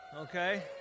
okay